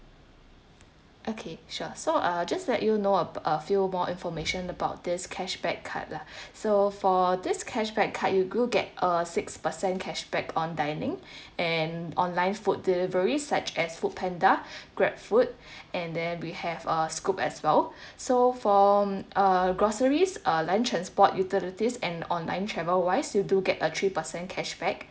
okay sure so uh just to let you know ab~ a few more information about this cashback card lah so for this cashback card you do get a six percent cashback on dining and online food delivery such as FoodPanda Grab food and then we have uh Scoop as well so from uh groceries uh lunch and sport utilities and online travel wise you do get a three percent cashback